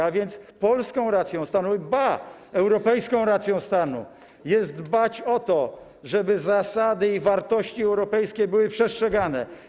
A więc polską racją stanu, ba, europejską racją stanu jest dbać o to, żeby zasady i wartości europejskie były przestrzegane.